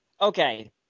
Okay